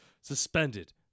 Suspended